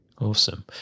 Awesome